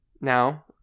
Now